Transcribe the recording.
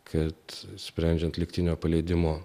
kad sprendžiant lygtinio paleidimo